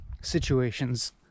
situations